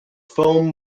foam